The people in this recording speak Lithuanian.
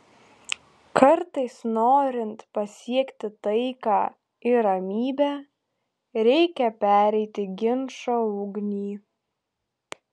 kartais norint pasiekti taiką ir ramybę reikia pereiti ginčo ugnį